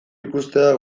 ikustea